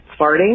farting